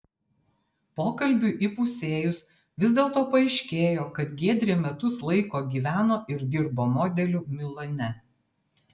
pokalbiui įpusėjus vis dėlto paaiškėjo kad giedrė metus laiko gyveno ir dirbo modeliu milane